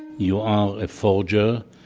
you are a forger.